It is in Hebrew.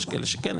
יש כאלה שכן,